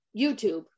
YouTube